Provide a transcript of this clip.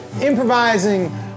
improvising